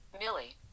Millie